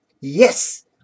Yes